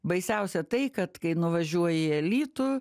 baisiausia tai kad kai nuvažiuoji į alytų